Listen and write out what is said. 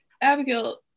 abigail